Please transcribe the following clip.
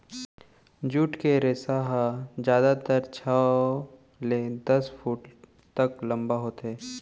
jute के रेसा ह जादातर छै ले दस फूट तक लंबा होथे